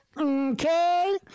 Okay